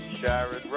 Sharon